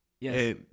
Yes